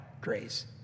grace